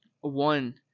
one